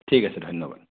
ঠিক আছে ধন্যবাদ